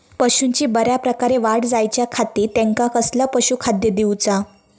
पशूंची बऱ्या प्रकारे वाढ जायच्या खाती त्यांका कसला पशुखाद्य दिऊचा?